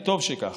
וטוב שכך,